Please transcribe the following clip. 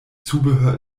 zubehör